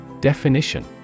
Definition